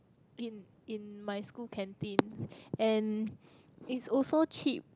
in in my school canteen and is also cheap